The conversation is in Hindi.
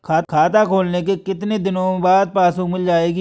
खाता खोलने के कितनी दिनो बाद पासबुक मिल जाएगी?